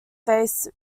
face